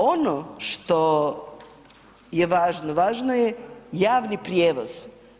Ono što je važno, važno je javni prijevoz.